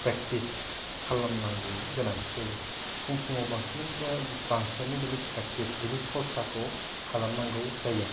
practice खालामनांगौनि गोनांथि जायो फुं फुङाव बांसिनानो बांसिनानो बिनि प्रेकटिस बिनि सरसाखौ खालामनांगौ जायो